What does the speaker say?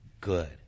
good